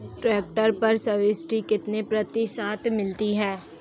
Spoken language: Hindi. ट्रैक्टर पर सब्सिडी कितने प्रतिशत मिलती है?